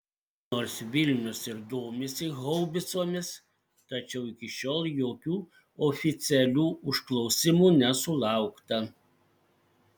nors vilnius ir domisi haubicomis tačiau iki šiol jokių oficialių užklausimų nesulaukta